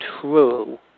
true